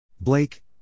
Blake